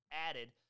added